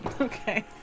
Okay